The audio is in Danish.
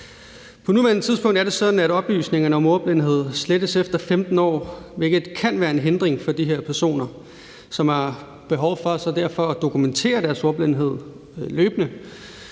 På nuværende tidspunkt er det sådan, at oplysningerne om ordblindhed slettes efter 15 år, hvilket kan være en hindring for de her personer, som derfor så har behov for at dokumentere deres ordblindhed løbende.